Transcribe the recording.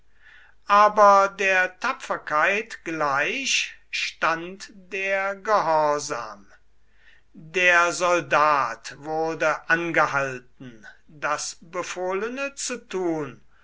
aber der tapferkeit gleich stand der gehorsam der soldat wurde angehalten das befohlene zu tun